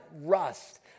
rust